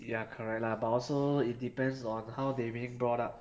ya correct lah but it also depends on how they being brought up